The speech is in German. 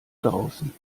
draußen